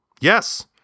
yes